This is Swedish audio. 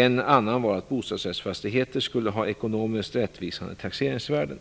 En annan fråga var att bostadsrättsfastigheter skulle ha ekonomiskt rättvisande taxeringsvärden.